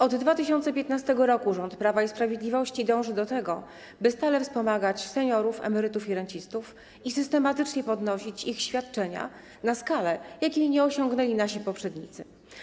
Od 2015 r. rząd Prawa i Sprawiedliwości dąży do tego, by stale wspomagać seniorów, emerytów i rencistów, i systematycznie podnosić ich świadczenia na skalę, jakiej nie osiągnęli nasi poprzednicy.